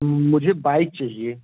मुझे बाइक चाहिए